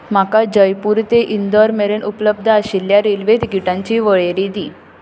म्हाका जयपूर ते इंदोर मेरेन उपलब्ध आशिल्ल्या रेल्वे तिकीटांची वळेरी दी